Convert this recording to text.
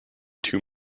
two